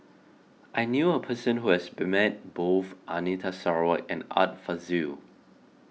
I knew a person who has be met both Anita Sarawak and Art Fazil